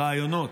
ברעיונות.